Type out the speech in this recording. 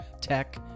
tech